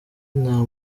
nta